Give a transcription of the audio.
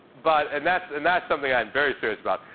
but and that's and that's something i'm very serious about.